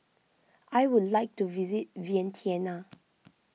I would like to visit Vientiane